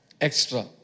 Extra